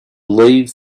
leave